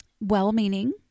well-meaning